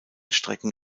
strecken